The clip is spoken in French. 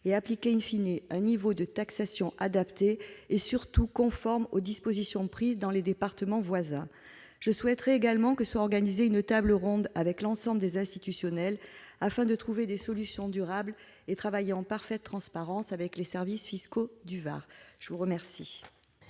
et appliquer un niveau de taxation adapté et, surtout, conforme aux dispositions prises dans les départements voisins. Je souhaite également que soit organisée une table ronde avec l'ensemble des acteurs institutionnels, afin de trouver des solutions durables et de travailler en parfaite transparence avec les services fiscaux du Var. La parole